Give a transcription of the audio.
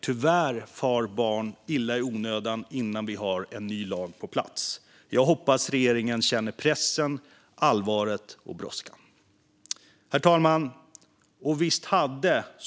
Tyvärr far barn illa i onödan innan en ny lag finns på plats. Jag hoppas att regeringen känner pressen, allvaret och brådskan. Herr talman!